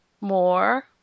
more